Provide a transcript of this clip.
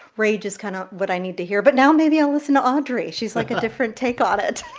rage is kind of what i need to hear. but now maybe i'll listen to audrey she's, like, a different take on it.